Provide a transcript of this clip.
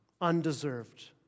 undeserved